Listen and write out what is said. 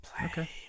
Okay